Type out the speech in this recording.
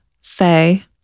say